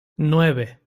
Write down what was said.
nueve